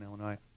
Illinois